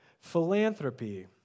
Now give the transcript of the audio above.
philanthropy